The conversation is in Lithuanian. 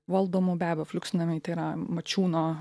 valdomų be abejo fliuksnamiai tai yra mačiūno